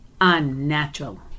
unnatural